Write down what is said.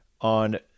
on